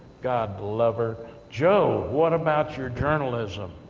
god love her, joe, what about your journalism?